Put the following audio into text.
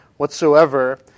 whatsoever